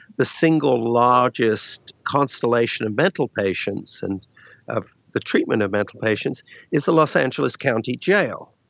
the single largest constellation of mental patients and of the treatment of mental patients is the los angeles county jail.